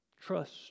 Trust